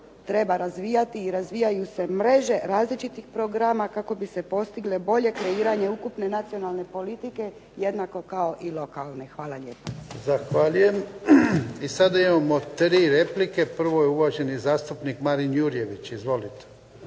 treba razvijati i razvijaju se mreže različitih programa kako bi se postiglo bolje kreiranje ukupne nacionalne politike jednako kao i lokalne. Hvala lijepa. **Jarnjak, Ivan (HDZ)** Zahvaljujem. Sada imamo tri replike. Prvo je uvaženi zastupnik Marin Jurjević. Izvolite.